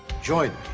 join